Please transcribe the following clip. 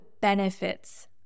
benefits